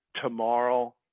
tomorrow